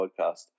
podcast